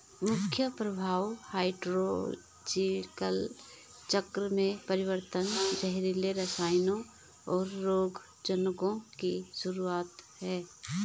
मुख्य प्रभाव हाइड्रोलॉजिकल चक्र में परिवर्तन, जहरीले रसायनों, और रोगजनकों की शुरूआत हैं